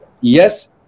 yes